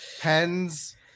Pens